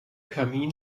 kamin